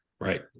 Right